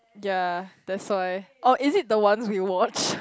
yea that's why oh is it the one we watched